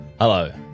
Hello